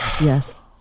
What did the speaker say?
Yes